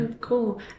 cool